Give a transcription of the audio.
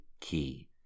key